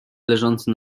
leżący